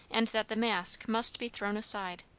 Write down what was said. and that the mask must be thrown aside.